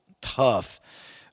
tough—